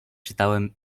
czytałem